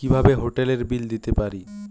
কিভাবে হোটেলের বিল দিতে পারি?